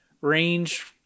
range